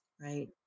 right